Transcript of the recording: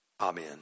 Amen